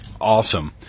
Awesome